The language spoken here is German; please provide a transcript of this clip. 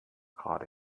gerade